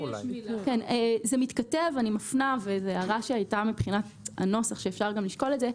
אני מפנה להערה שהייתה מבחינת הנוסח שאפשר גם לשקול את זה.